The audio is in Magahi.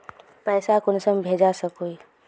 पैसा कुंसम भेज सकोही?